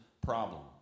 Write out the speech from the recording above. problem